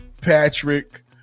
Patrick